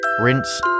rinse